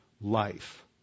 life